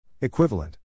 Equivalent